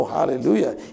Hallelujah